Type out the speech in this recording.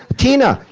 tina,